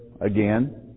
again